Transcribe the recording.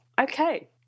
okay